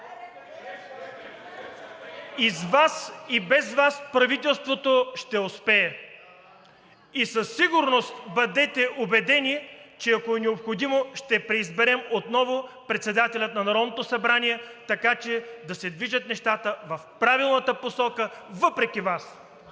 с Вас, и без Вас правителството ще успее. И със сигурност бъдете убедени, че ако е необходимо, ще преизберем отново председателя на Народното събрание, така че да се движат нещата в правилната посока, въпреки Вас.